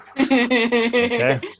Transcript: Okay